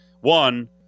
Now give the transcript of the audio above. One